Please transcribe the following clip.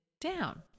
down